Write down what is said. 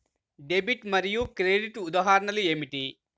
Debit మరియు credit ఉదాహరణలు ఏమిటీ?